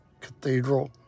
cathedral